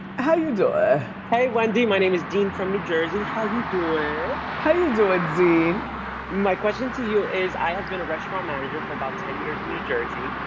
how you doing? hey wendy, my name is dean from new jersey. how you doing? how you doing dean? my question to you is, i have been a restaurant manager for about ten years in new jersey.